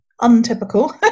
untypical